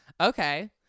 okay